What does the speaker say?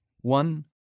One